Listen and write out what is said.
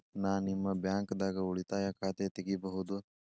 ನಾ ನಿಮ್ಮ ಬ್ಯಾಂಕ್ ದಾಗ ಉಳಿತಾಯ ಖಾತೆ ತೆಗಿಬಹುದ?